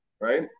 right